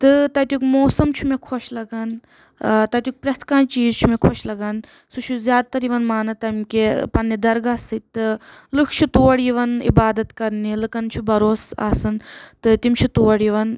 تہٕ تتیُک موٗسم چھُ مےٚ خوش لگان تتیُک پرٮ۪تھ کانٛہہ چیٖر چھُ مےٚ خوش لگان سُہ چھُ زیادٕ تر یوان ماننہٕ تمہِ کہِ پننہٕ درگاہ سۭتۍ تہٕ لُکھ چھِ تور یوان عبادت کرنہِ لُکن چھُ بروسہٕ آسان تہٕ تم چھِ تور یوان